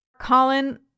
Colin